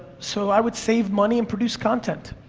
so, i would save money and produce content.